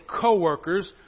co-workers